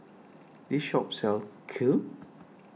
this shop sells Kheer